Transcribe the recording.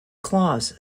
claws